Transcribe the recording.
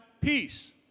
peace